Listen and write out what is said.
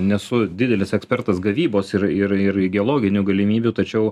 nesu didelis ekspertas gavybos ir ir ir geologinių galimybių tačiau